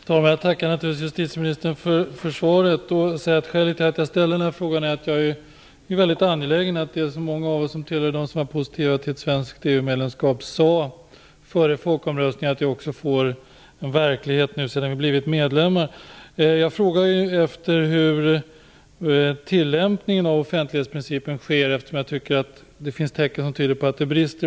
Fru talman! Jag tackar naturligtvis justitieministern för svaret. Skälet till att jag ställde frågan är att jag är mycket angelägen om att det som många av oss som var positiva till ett svenskt EU-medlemskap anförde före folkomröstningen också får en verklighet nu sedan vi blivit medlemmar. Jag frågar efter hur tillämpningen av offentlighetsprincipen sker, eftersom jag tycker att det finns tecken som tyder på att den brister.